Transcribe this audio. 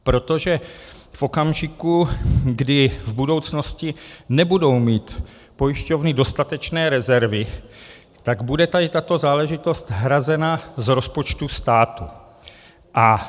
Protože v okamžiku, kdy v budoucnosti nebudou mít pojišťovny dostatečné rezervy, tak bude tady tato záležitost hrazena z rozpočtu státu.